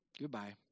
Goodbye